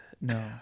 No